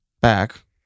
Back